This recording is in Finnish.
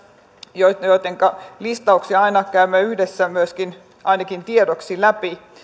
joittenka listauksia aina käymme yhdessä myöskin ainakin tiedoksi läpi